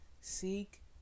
Seek